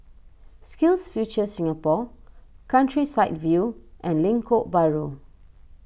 SkillsFuture Singapore Countryside View and Lengkok Bahru